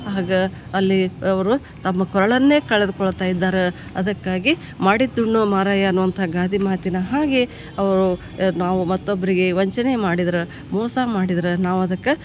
ಆಗ ಅಲ್ಲಿ ಅವರು ತಮ್ಮ ಕೊರಳನ್ನೇ ಕಳೆದ್ಕೊಳ್ತಾ ಇದ್ದಾರೆ ಅದಕ್ಕಾಗಿ ಮಾಡಿದ್ದುಣ್ಣೋ ಮಹಾರಾಯ ಅನ್ನುವಂಥ ಗಾದೆ ಮಾತಿನ ಹಾಗೆ ಅವರು ನಾವು ಮತ್ತೊಬ್ಬರಿಗೆ ವಂಚನೆ ಮಾಡಿದ್ರೆ ಮೋಸ ಮಾಡಿದ್ರೆ ನಾವು ಅದಕ್ಕೆ